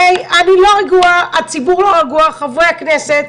אני לא רגועה, הציבור לא רגוע, חברי הכנסת.